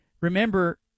Remember